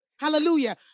Hallelujah